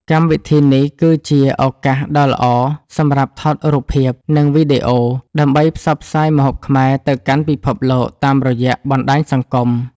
កម្មវិធីនេះគឺជាឱកាសដ៏ល្អសម្រាប់ថតរូបភាព និងវីដេអូ ដើម្បីផ្សព្វផ្សាយម្ហូបខ្មែរទៅកាន់ពិភពលោកតាមរយៈបណ្ដាញសង្គម។